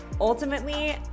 Ultimately